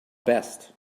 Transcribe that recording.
best